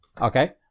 Okay